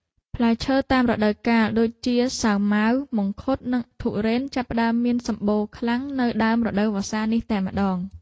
ផ្លែឈើតាមរដូវកាលដូចជាសាវម៉ាវមង្ឃុត និងធុរេនចាប់ផ្តើមមានសម្បូរខ្លាំងនៅដើមរដូវវស្សានេះតែម្ដង។